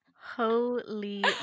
Holy